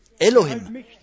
Elohim